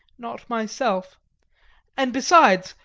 not myself and besides,